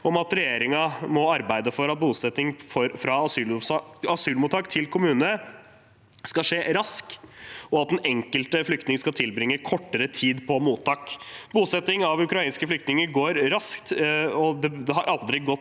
om at regjeringen må arbeide for at bosetting fra asylmottak til kommune skal skje raskt, og at den enkelte flyktning skal tilbringe kortere tid på mottak. Bosetting av ukrainske flyktninger går raskt, og det har aldri gått